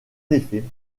effet